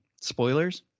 spoilers